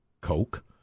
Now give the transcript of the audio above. Coke